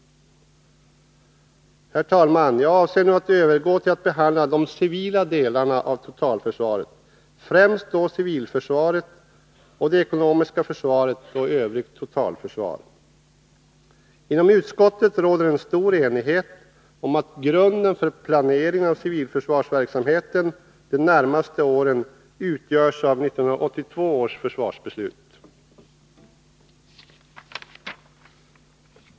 Herr talman! Jag avser nu att övergå till att behandla de civila delarna av totalförsvaret, främst då civilförsvaret, det ekonomiska försvaret och övrigt totalförsvar. Inom utskottet råder en stor enighet om att grunden för planeringen av civilförsvarsverksamheten de närmaste åren utgörs av 1982 års försvarsbeslut.